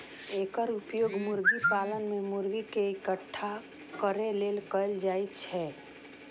एकर उपयोग मुर्गी पालन मे मुर्गी कें इकट्ठा करै लेल कैल जाइ छै